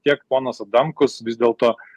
tiek ponas adamkus vis dėlto